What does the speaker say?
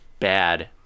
bad